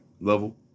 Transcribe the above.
level